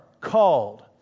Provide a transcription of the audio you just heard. called